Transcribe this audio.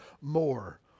more